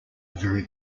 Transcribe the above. very